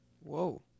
Whoa